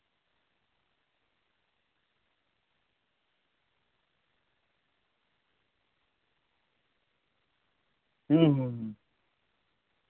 ᱦᱩᱸ ᱦᱩᱸ ᱦᱩᱸ